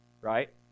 right